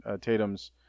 Tatum's